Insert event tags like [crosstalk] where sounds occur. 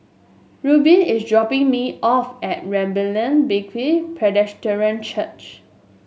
Rubin is dropping me off at [unintelligible] Church